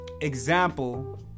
example